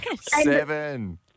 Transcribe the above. Seven